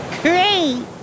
Great